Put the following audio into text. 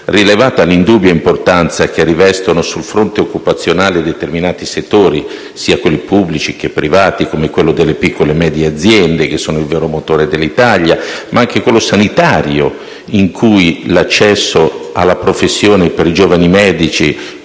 rilevata l'indubbia importanza che rivestono sul fronte occupazionale determinati settori, sia pubblici che privati, come quello rappresentato dalle piccole e medie imprese, che sono il vero motore dell'Italia, ma anche quello sanitario, in cui l'accesso alla professione per i giovani medici,